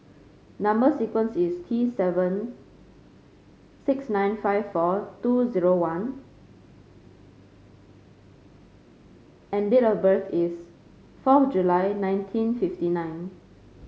number sequence is T seven six nine five four two zero one and date of birth is fourth July nineteen fifty nine